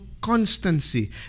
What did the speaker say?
constancy